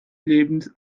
lebens